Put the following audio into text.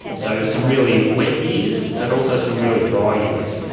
so some really wet years but also some really dry years.